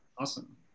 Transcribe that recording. Awesome